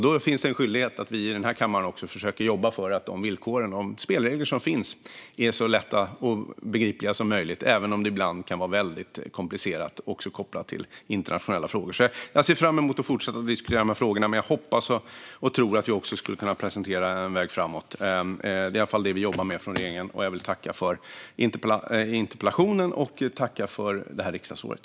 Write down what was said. Det finns en skyldighet för oss i den här kammaren att försöka jobba för att de villkor och spelregler som finns ska vara så lätta och begripliga som möjligt även om det ibland kan vara väldigt komplicerat också kopplat till internationella frågor. Jag ser fram emot att fortsätta att diskutera de här frågorna. Jag hoppas och tror att vi ska kunna presentera en väg framåt. Det är i varje fall det vi jobbar med från regeringen. Jag vill tacka för interpellationen och det här riksdagsåret.